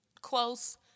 close